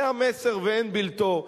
זה המסר ואין בלתו.